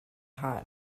hot